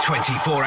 24